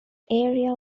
area